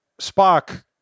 Spock